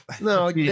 no